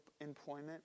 employment